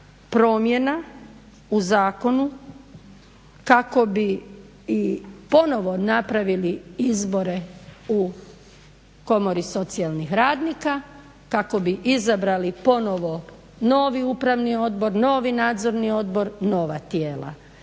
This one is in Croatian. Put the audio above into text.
promjena u zakonu kako bi i ponovo napravili izbore u komori socijalnih radnika, kako bi izabrali ponovo novi Upravni odbor, novi Nadzorni odbor, nova tijela.